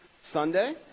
Sunday